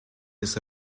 this